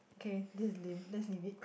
okay this is lame let's leave it